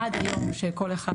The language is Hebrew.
עד היום שכל אחד.